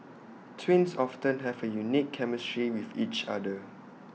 twins often have A unique chemistry with each other